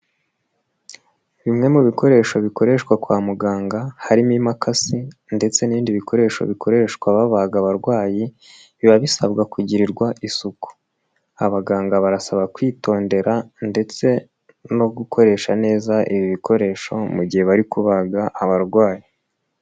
Bimwe mu bikoresho bikoreshwa kwa muganga harimo impakasi ndetse n'ibindi bikoresho bikoreshwa babaga abarwayi biba bisabwa kugirirwa isuku. Abaganga barasaba kwitondera ndetse no gukoresha neza ibi bikoresho mu gihe bari kubaga abarwayi.